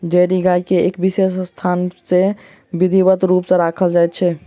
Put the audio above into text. dairy गाय के एक विशेष स्थान मे विधिवत रूप सॅ राखल जाइत छै